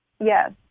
Yes